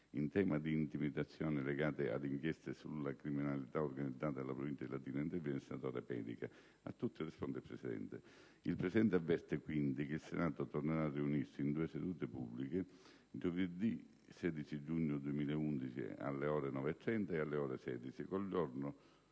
il senatore Pedica